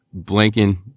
blanking